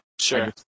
Sure